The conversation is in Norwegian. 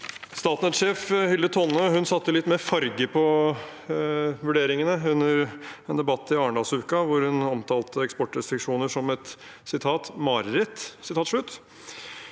konsernsjef, Hilde Tonne, satte litt mer farge på vurderingene under en debatt i Arendalsuka, hvor hun omtalte eksportrestriksjoner som et mareritt.